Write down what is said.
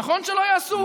נכון שלא יעשו?